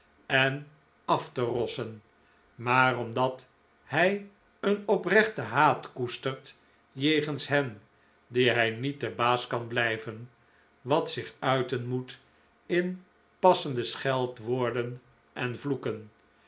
en af te rossen maar omdat hij een oprechten haat koestert jegens hen die hij niet de baas kan blijven wat zich uiten moet in passende scheldwoorden en vloeken